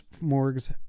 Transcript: morgues